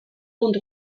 und